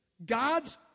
God's